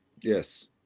Yes